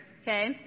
okay